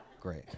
Great